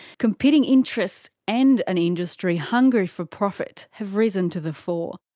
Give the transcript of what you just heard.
competing interests and an industry hungry for profit have risen to the fore.